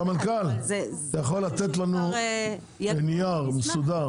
הסמנכ"ל, אתה יכול לתת לנו נייר מסודר?